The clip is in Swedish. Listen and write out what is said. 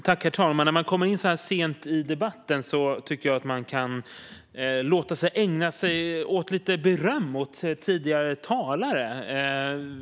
Herr talman! När man kommer in i debatten så här sent tycker jag att man kan få ägna sig åt att ge lite beröm till tidigare talare.